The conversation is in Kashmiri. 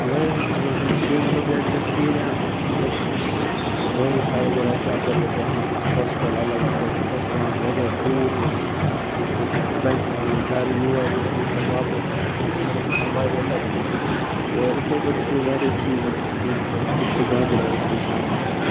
واریاہَن چیزَن ہُنٛد چھِ بیٚیہِ مطلب یا تہِ گژھِ ایریاہَن مطلب یُس باروٗسا وغیرہ چھِ اَپٲرۍ گوٚژھ آسُن اَکھ ہاسپِٹَل الگ اَکھ کیٛازِکہِ یِمَن چھِ پٮ۪وان واریاہ دوٗر یُن ییٚتہِ پٮ۪ٹھ تَتہِ پٮ۪ٹھ پٮ۪وان گَرٕ یور یُن ییٚتہِ پٮ۪ٹھ واپَس سُہ چھِ یِمَن گژھان واریاہ ہٮ۪کٹِک تہٕ اِتھَے پٲٹھۍ چھِ یِم واریاہ چیٖز یِم ڈِسٹِرٛک گاندَربَلَس منٛز چھِ اَننہِ